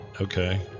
Okay